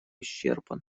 исчерпан